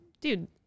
dude